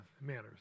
manners